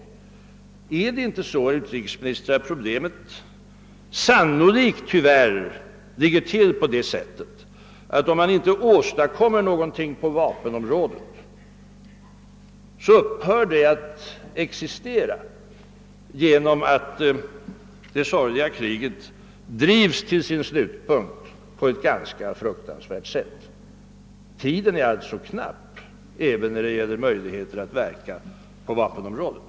Ligger det inte, herr utrikesminister, sannolikt så till att om man inte åstadkommer någonting på vapenområdet, upphör problemet att existera genom att det sorgliga kriget drivs till sin slutpunkt på ett ganska fruktansvärt sätt? Tiden är alltså knapp även när det gäller möjligheten att verka på vapenområdet.